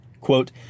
Quote